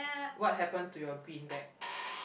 what happen to your green bag